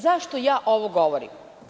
Zašto ovo govorim?